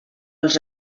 els